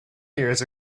years